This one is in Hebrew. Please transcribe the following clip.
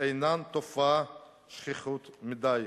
הם תופעות שכיחות מדי.